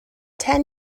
ten